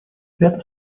ряд